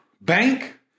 bank